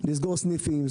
לסגור סניפים.